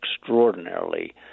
extraordinarily